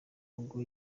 ubwo